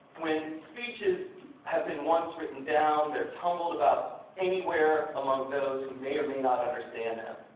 when speeches have been once written down, they're tumbled about anywhere among those who may or may not understand them.